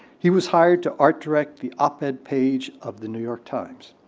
he was hired to art direct the op-ed page of the new york times.